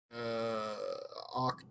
Oct